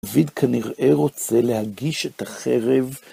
דוד כנראה רוצה להגיש את החרב.